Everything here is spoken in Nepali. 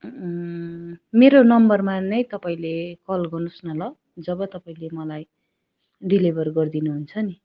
मेरो नम्बरमा नै तपाईँले कल गर्नुहोस् न ल जब तपाईँले मलाई डेलिबर गरिदिनु हुन्छ नि